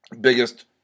biggest